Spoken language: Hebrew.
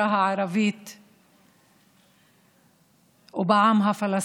לא בונים ביום.